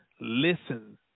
listen